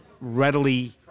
readily